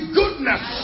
goodness